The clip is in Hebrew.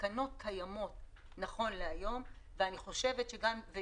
התקנות קיימות נכון להיום וכרגע יש